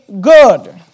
good